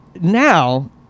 now